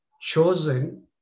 chosen